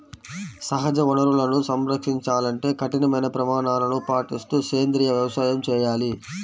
సహజ వనరులను సంరక్షించాలంటే కఠినమైన ప్రమాణాలను పాటిస్తూ సేంద్రీయ వ్యవసాయం చేయాలి